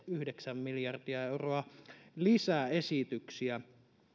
yhdeksän miljardia euroa lisäesityksiä